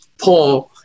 Paul